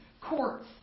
courts